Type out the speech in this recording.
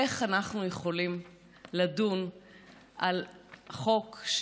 איך אנחנו יכולים לדון על חוק,